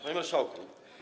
Panie Marszałku!